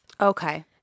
Okay